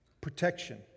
Protection